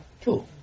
Two